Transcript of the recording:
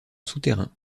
souterrains